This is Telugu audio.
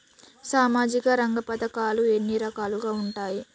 సామాజిక రంగ పథకాలు ఎన్ని రకాలుగా ఉంటాయి?